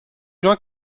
loin